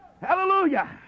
Hallelujah